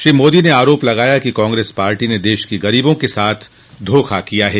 श्री मोदी ने आरोप लगाया कि कांग्रेस पार्टी ने देश के गरीबों के साथ धोखा किया है